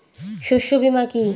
শস্য বীমা কি?